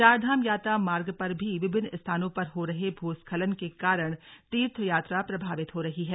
चारधाम यात्रा मार्ग पर भी विभिन्न स्थानों पर हो रहे भूस्खलन के कारण तीर्थयात्रा प्रभावित हो रही है